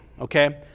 Okay